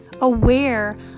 Aware